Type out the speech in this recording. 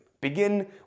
Begin